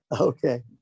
Okay